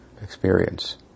experience